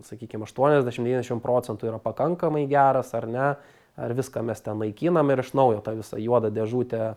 sakykim aštuoniasdešim devyniasdešim procentų yra pakankamai geras ar ne ar viską mes naikinam ir iš naujo tą visą juodą dėžutę